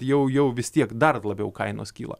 jau jau vis tiek dar labiau kainos kyla